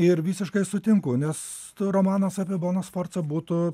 ir visiškai sutinku nes t romanas apie boną sforcą būtų